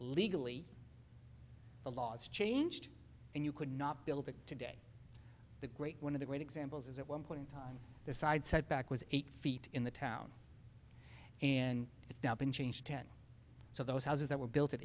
legally the laws changed and you could not believe it today the great one of the great examples is at one point in time the side said back was eight feet in the town and it's now been changed ten so those houses that were built a